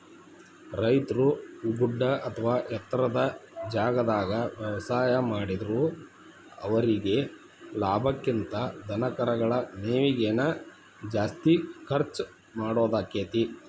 ರೈತರು ಗುಡ್ಡ ಅತ್ವಾ ಎತ್ತರದ ಜಾಗಾದಾಗ ವ್ಯವಸಾಯ ಮಾಡಿದ್ರು ಅವರೇಗೆ ಲಾಭಕ್ಕಿಂತ ಧನಕರಗಳ ಮೇವಿಗೆ ನ ಜಾಸ್ತಿ ಖರ್ಚ್ ಮಾಡೋದಾಕ್ಕೆತಿ